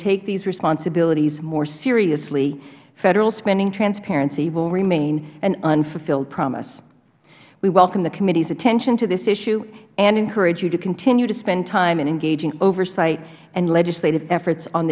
take these responsibilities more seriously federal spending transparency will remain an unfulfilled promise we welcome the committees attention to this issue and encourage you to continue to spend time in engaging oversight and legislative efforts on